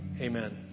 Amen